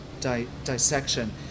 dissection